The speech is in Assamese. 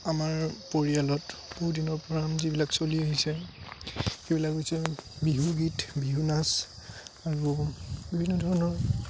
আমাৰ পৰিয়ালত বহুদিনৰ পৰা যিবিলাক চলি আহিছে সেইবিলাক হৈছে বিহুগীত বিহুনাচ আৰু বিভিন্ন ধৰণৰ